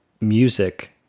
music